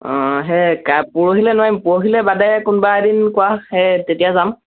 অঁ সেই কা পৰহিলৈ নোৱাৰিম পৰহিলৈ বাদে কোনোবা এদিন কোৱা সেই তেতিয়া যাম